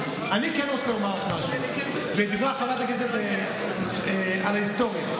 אני כן רוצה לומר לך משהו על דברי חברת הכנסת על ההיסטוריה.